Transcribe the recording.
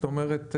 זאת אומרת,